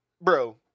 bro